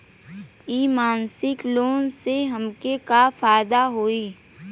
इ मासिक लोन से हमके का फायदा होई?